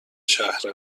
شهر